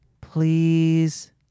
Please